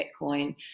Bitcoin